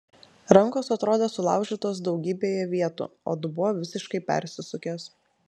rankos atrodė sulaužytos daugybėje vietų o dubuo visiškai persisukęs